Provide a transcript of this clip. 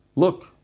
Look